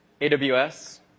AWS